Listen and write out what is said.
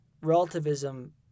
relativism